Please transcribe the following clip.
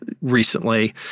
recently